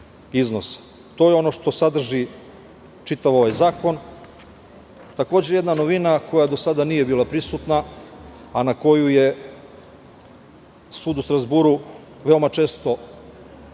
To je ono što sadrži čitav ovaj zakon. Takođe, jedna novina koja do sada nije bila prisutna a na koju je sud u Strazburu veoma često